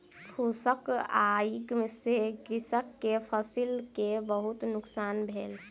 फूसक आइग से कृषक के फसिल के बहुत नुकसान भेल